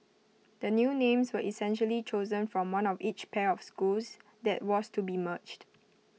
the new names were essentially chosen from one of each pair of schools that was to be merged